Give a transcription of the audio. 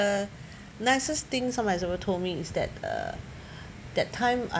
the nicest thing someone has ever told me is that uh that time I